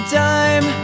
time